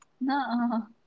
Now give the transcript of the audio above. No